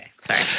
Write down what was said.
Sorry